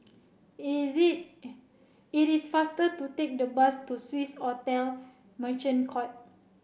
is it it is faster to take the bus to Swissotel Merchant Court